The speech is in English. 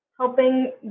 helping